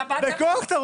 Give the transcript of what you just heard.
אתה רוצה בכוח.